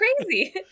crazy